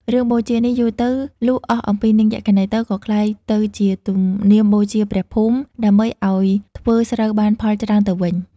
រឿងបូជានេះ យូរទៅ លុះអស់អំពីនាងយក្ខិនីទៅ ក៏ក្លាយទៅជាទំនៀមបូជាព្រះភូមិ ដើម្បីឲ្យធ្វើស្រូវបាន ផលច្រើនទៅវិញ។